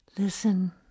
Listen